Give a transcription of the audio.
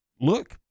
Look